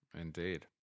Indeed